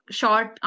short